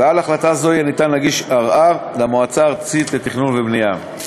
ועל החלטה זו יהיה ניתן להגיש ערר למועצה הארצית לתכנון ובנייה.